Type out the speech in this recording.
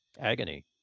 agony